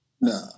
No